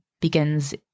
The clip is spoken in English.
begins